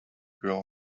girl